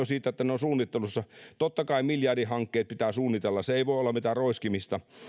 siitä että ne ovat suunnittelussa totta kai miljardihankkeet pitää suunnitella se ei voi olla mitään roiskimista